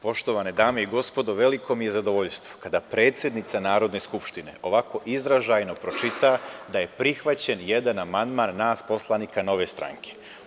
Poštovane dame i gospodo, veliko mi je zadovoljstvo kada predsednica Narodne skupštine ovako izražajno pročita da je prihvaćen jedan amandman nas poslanika Nove stranke.